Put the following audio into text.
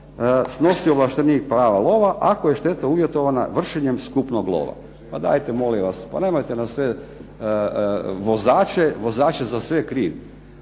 snosi ovlaštenik prava lova ako je šteta uvjetovana vršenjem skupnog lova. Pa nemojte molim vas, nemojte nam sve, vozač je za sve kriv.